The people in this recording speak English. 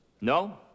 No